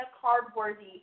card-worthy